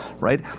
right